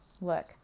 look